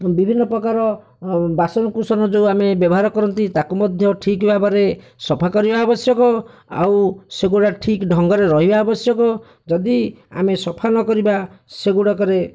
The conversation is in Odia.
ବିଭିନ୍ନ ପ୍ରକାର ବାସନ କୁସନ ଯେଉଁ ଆମେ ବ୍ୟବହାର କରନ୍ତି ତାକୁ ମଧ୍ୟ ଠିକ୍ ଭାବରେ ସଫା କରିବା ଆବଶ୍ୟକ ଆଉ ସେଗୁଡ଼ା ଠିକ୍ ଢଙ୍ଗରେ ରହିବା ଅବଶ୍ୟଜ ଯଦି ଆମେ ସଫା ନକରିବା ସେଗୁଡ଼ିକରେ